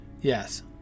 yes